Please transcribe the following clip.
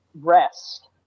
rest